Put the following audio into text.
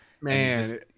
man